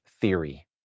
theory